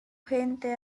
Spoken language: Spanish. gente